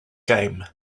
game